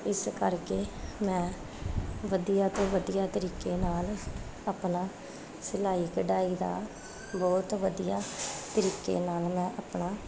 ਇਸ ਕਰਕੇ ਮੈਂ ਵਧੀਆ ਤੋਂ ਵਧੀਆ ਤਰੀਕੇ ਨਾਲ ਆਪਣਾ ਸਿਲਾਈ ਕਢਾਈ ਦਾ ਬਹੁਤ ਵਧੀਆ ਤਰੀਕੇ ਨਾਲ ਮੈਂ ਆਪਣਾ